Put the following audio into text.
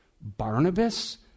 Barnabas